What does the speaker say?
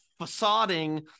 facading